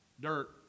Dirt